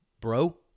bro